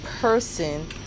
person